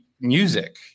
music